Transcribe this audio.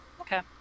Okay